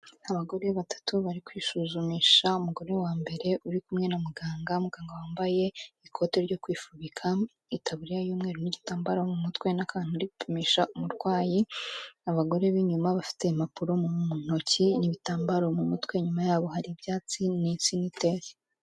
Abagore batatu bari kwisuzumisha, umugore wa mbere uri kumwe na muganga, muganga wambaye ikote ryo kwifubika, itaburiya y'umweru, n'igitambaro mu mutwe, n'akantu ari gupimisha umurwayi, abagore b'inyuma bafite impapuro mu ntoki, n'ibitambaro mu mutwe, inyuma yabo hari ibyatsi, n'insina iteye.